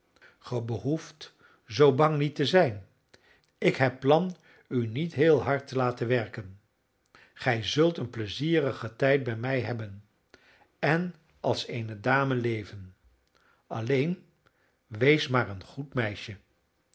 behoeft zoo bang niet te zijn ik heb plan u niet heel hard te laten werken gij zult een pleizierigen tijd bij mij hebben en als eene dame leven alleen wees maar een goed meisje